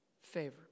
favor